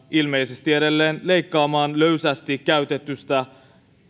ilmeisesti edelleen vastahakoisia leikkaamaan löysästi käytetystä